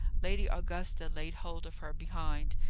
lady augusta laid hold of her behind,